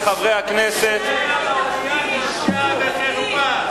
אתם לא עושים,